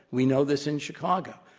we know this in chicago.